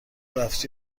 رفتی